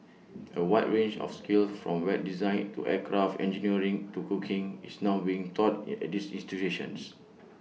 A wide range of skills from web design to aircraft engineering to cooking is now being taught at these institutions